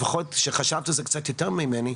לפחות לאחר שחשבת על זה קצת יותר ממני.